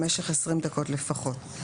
במשך 20 דקות לפחות.